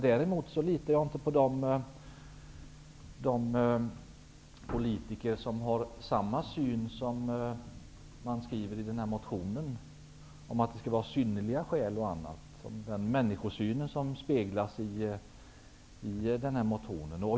Däremot litar jag inte på politiker med samma människosyn som den som har skrivit i en motion att det skall finnas synnerliga skäl för att få bostadsanpassningsbidrag.